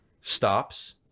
stops